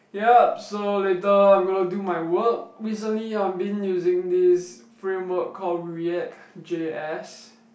yup so later I'm gonna do my work recently I'm been using this framework called react-j_s